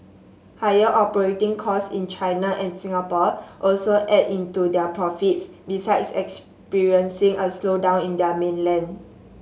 higher operating cost in China and Singapore also ate into their profits besides experiencing a slowdown in their mainland